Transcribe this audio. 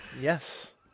Yes